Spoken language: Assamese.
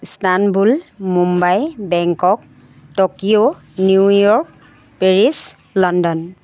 Istanbul Mumbai Bangkok Tokyo New York Paris London